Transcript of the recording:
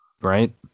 right